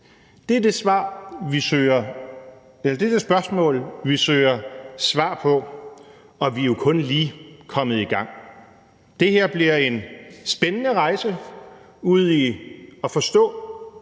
Det er det spørgsmål, vi søger svar på – og vi er jo kun lige kommet i gang. Det her bliver en spændende rejse ud i at forstå